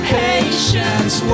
patience